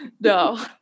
No